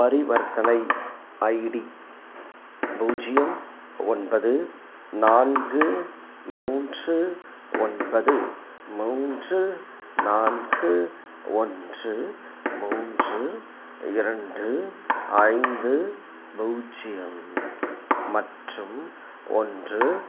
பரிவர்த்தனை ஐடி பூஜ்ஜியம் ஒன்பது நான்கு மூன்று ஒன்பது மூன்று நான்கு ஒன்று மூன்று இரண்டு ஐந்து பூஜ்ஜியம் மற்றும் ஒன்று